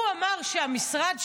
הוא אמר שהמשרד שלו,